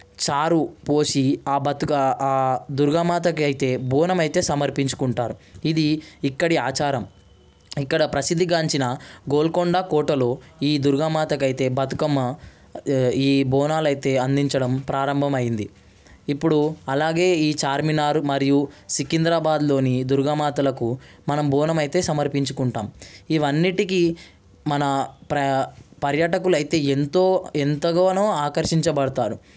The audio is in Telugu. చారు పోసి ఆ బత్తుగా దుర్గామాతకు అయితే బోనం అయితే సమర్పించుకుంటారు ఇది ఇక్కడి ఆచారం ఇక్కడ ప్రసిద్ధిగాంచిన గోల్కొండ కోటలో ఈ దుర్గామాతకు అయితే బతుకమ్మ ఈ బోనాలు అయితే అందించడం ప్రారంభమైంది ఇప్పుడు అలాగే ఈ చార్మినార్ మరియు సికింద్రాబాద్లోని దుర్గామాతలకు మనం బోనం అయితే సమర్పించుకుంటాం ఇవన్నీటికీ మన ప్ర పర్యటకులైతే ఎంతో ఎంతగానో ఆకర్షించబడతారు